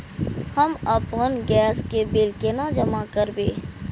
हम आपन गैस के बिल केना जमा करबे?